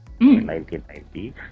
1990